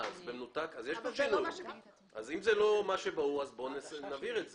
אם זה לא ברור, בואו נבהיר את זה.